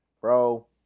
bro